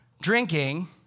drinking